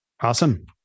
awesome